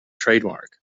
trademark